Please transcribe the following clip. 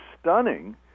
stunning